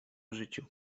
życiu